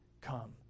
come